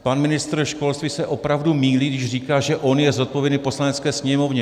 Pan ministr školství se opravdu mýlí, když říká, že on je zodpovědný Poslanecké sněmovně.